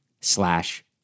slash